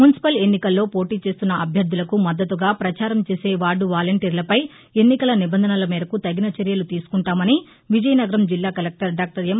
municipal ఎన్నికల్లో పోటీ చేస్తున్న అభ్యర్దులకు మద్దతుగా ప్రపచారంచేసే వార్డు వాలంటీర్లపై ఎన్నికల నిబంధనల మేరకు తగిన చర్యలు తీసుకుంటామని విజయనగరం జిల్లా కలెక్టర్ డాక్టర్ ఎం